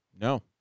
No